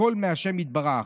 הכול מה' יתברך.